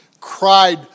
cried